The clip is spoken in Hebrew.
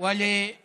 ולאלו